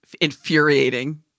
infuriating